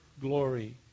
glory